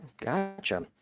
gotcha